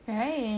right